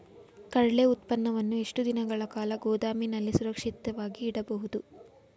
ಕಡ್ಲೆ ಉತ್ಪನ್ನವನ್ನು ಎಷ್ಟು ದಿನಗಳ ಕಾಲ ಗೋದಾಮಿನಲ್ಲಿ ಸುರಕ್ಷಿತವಾಗಿ ಇಡಬಹುದು?